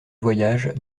voyage